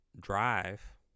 drive